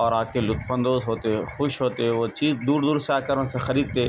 اور آ کے لطف اندوز ہوتے خوش ہوتے وہ چیز دور دور سے آ کر وہاں سے خریدتے